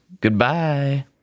Goodbye